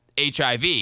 HIV